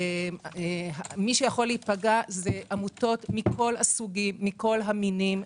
מי שיכול להיפגע זה עמותות מכל המינים ומכל הסוגים.